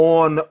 on